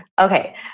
Okay